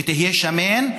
ותהיה שמן,